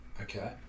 Okay